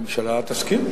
הממשלה תסכים,